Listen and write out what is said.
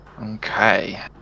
Okay